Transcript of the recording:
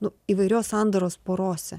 nu įvairios sandaros porose